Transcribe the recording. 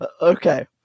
Okay